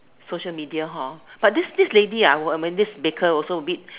social media hor but this this lady this baker also a bit